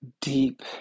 deep